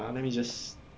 wait ah let me just